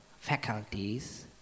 faculties